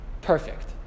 perfect